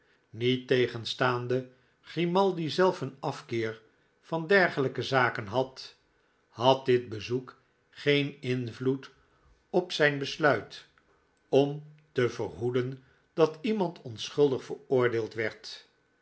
niettegenstaande grimaldi zelf een afkeer van dergelijke zaken had had dit bezoek geen invloed op zijn besluit om te verhoeden dat iemand onschuldig veroordeeld werd